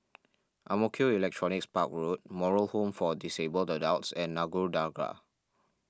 Ang Mo Kio Electronics Park Road Moral Home for Disabled Adults and Nagore Dargah